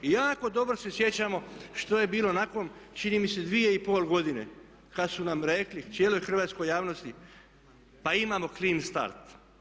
I jako dobro se sjećamo što je bilo nakon čini mi se 2,5 godine kada su nam rekli, cijeloj hrvatskoj javnosti pa imamo clint start.